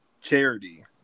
charity